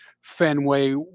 Fenway